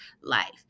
life